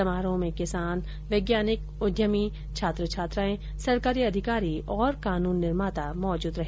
समारोह में किसान वैज्ञानिक उद्यमी छात्र छात्राएं सरकारी अधिकारी और कानून निर्माता मौजूद रहे